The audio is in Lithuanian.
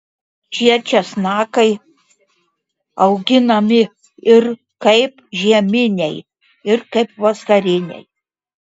šie česnakai auginami ir kaip žieminiai ir kaip vasariniai